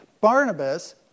Barnabas